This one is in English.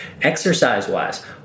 Exercise-wise